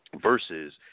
versus